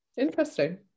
interesting